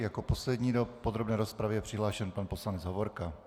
Jako poslední do podrobné rozpravy je přihlášen pan poslanec Hovorka.